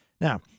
Now